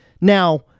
now